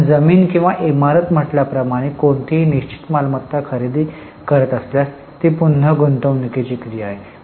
आपण जमीन किंवा इमारत म्हटल्याप्रमाणे कोणतीही निश्चित मालमत्ता खरेदी करत असल्यास ती पुन्हा गुंतवणूकीची क्रिया आहे